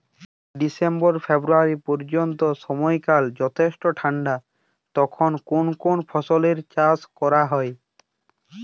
December February পর্যন্ত সময়কাল যথেষ্ট ঠান্ডা তখন কোন কোন ফসলের চাষ করা হয়?